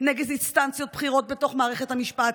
נגד אינסטנציות בכירות בתוך מערכת המשפט,